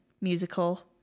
musical